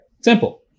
Simple